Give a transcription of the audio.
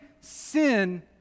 sin